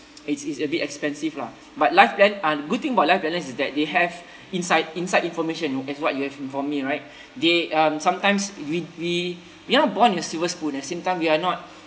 it is a bit expensive lah but life plan um good thing about life planner is that they have inside inside information as what you have inform me right they uh sometimes we we we are born with silver spoon at the same time we are not